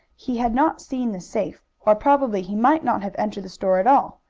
he had not seen the safe, or probably he might not have entered the store at all,